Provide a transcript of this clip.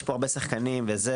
יש פה הרבה שחקנים וארגונים,